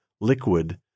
liquid